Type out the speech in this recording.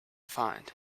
find